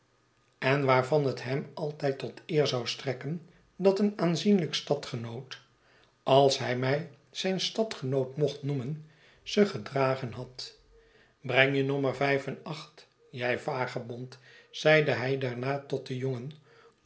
en waarvan het hem altijd tot eer zou strekken dat een aanzienlijk stadgenoot als hj mij zijn stadgenoot mocht noemen ze gedragen had breng je nommer vijf en acht jij vagebond zeide hij daarnatot den jongen